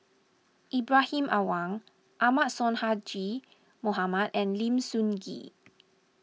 Ibrahim Awang Ahmad Sonhadji Mohamad and Lim Sun Gee